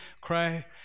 cry